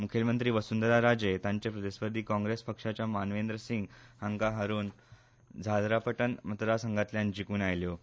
मुखेलमंत्री वसुंधरा राजे तांचे प्रतीस्पदर्धी काँग्रेस पक्षाच्या मानवेंद्र सिंग हांका हारोवन झालरापटन मतदारसंघातल्यान जिकून आयल्यो